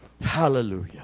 Hallelujah